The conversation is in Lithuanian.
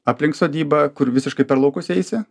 aplink sodybą kur visiškai per laukus eisi